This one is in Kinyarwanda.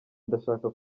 ndashaka